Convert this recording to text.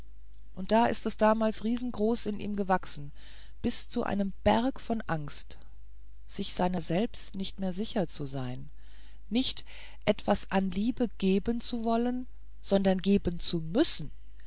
und da ist es damals riesengroß in ihm gewachsen bis zu einem berg von angst seiner selbst nicht mehr sicher zu sein nicht etwas an liebe geben zu wollen sondern geben zu müssen